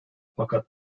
fakat